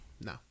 no